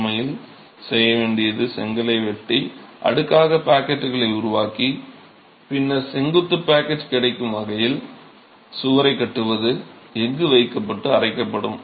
உண்மையில் செய்ய வேண்டியது செங்கலை வெட்டி அடுக்காக பாக்கெட்டுகளை உருவாக்கி பின்னர் செங்குத்து பாக்கெட் கிடைக்கும் வகையில் சுவரைக் கட்டுவது எஃகு வைக்கப்பட்டு அரைக்கப்படும்